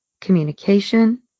communication